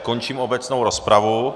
Končím obecnou rozpravu.